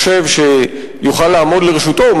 מחשב שיוכל לעמוד לרשותו,